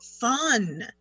fun